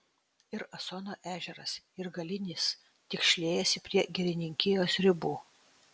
ir asono ežeras ir galinis tik šliejasi prie girininkijos ribų